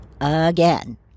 again